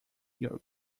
your